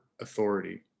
authority